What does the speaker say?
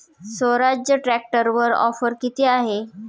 स्वराज्य ट्रॅक्टरवर ऑफर किती आहे?